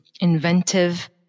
inventive